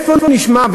איפה נשמע,